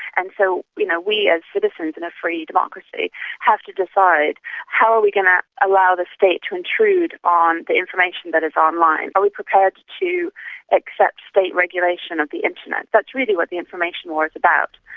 and so you know we as citizens in a free democracy have to decide how are we going to allow the state to intrude on the information that is online? are we prepared to to accept state regulation of the internet? that's really what the information war is about,